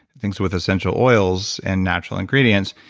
things with essential oils and natural ingredients.